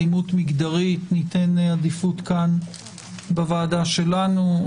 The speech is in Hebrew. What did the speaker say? באלימות מגדרית ניתן עדיפות כאן בוועדה שלנו.